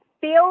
feel